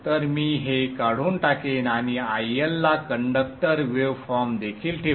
तर मी हे काढून टाकेन आणि IL ला इंडक्टर वेव फॉर्म देखील ठेवू